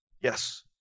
Yes